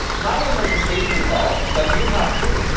not only has the station evolved, but you have too.